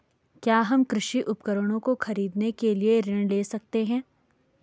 क्या हम कृषि उपकरणों को खरीदने के लिए ऋण ले सकते हैं?